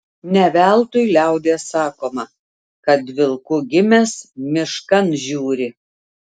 ne veltui liaudies sakoma kad vilku gimęs miškan žiūri